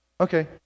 Okay